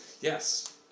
Yes